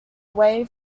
away